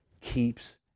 keeps